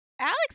Alex